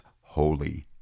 holy